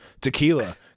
tequila